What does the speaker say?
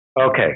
okay